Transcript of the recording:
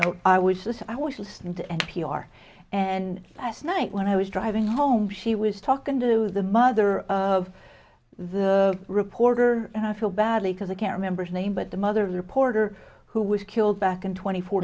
note i was just i was listening to n p r and last night when i was driving home she was talking to the mother of the reporter and i feel badly because i can't remember her name but the mother of a reporter who was killed back in tw